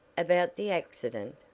about the accident?